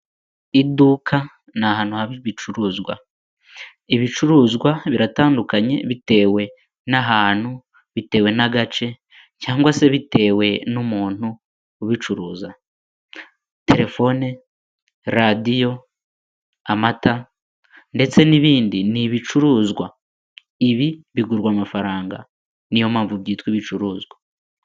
Iduka ni ahantu haba ibicuruzwa, ibicuruzwa biratandukanye bitewe n'ahantu, bitewe n'agace cyangwa se bitewe n'umuntuntu ubicuruza, telefone, radiyo, amata ndetse n'ibindi ni ibicuruzwa, ibi bigurwa amafaranga niyo mpamvu byitwa ibicuruzwa.